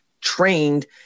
trained